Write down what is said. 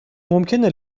ممکنه